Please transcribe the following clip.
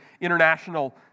International